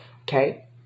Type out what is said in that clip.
Okay